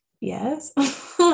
yes